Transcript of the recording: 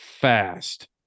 fast